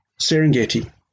Serengeti